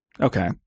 okay